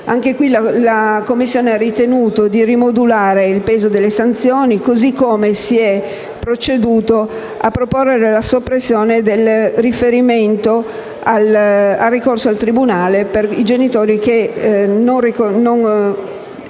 caso, la Commissione ha ritenuto di rimodulare il peso delle sanzioni e si è proceduto a proporre la soppressione del riferimento al ricorso al tribunale per i genitori che non aderissero